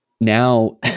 now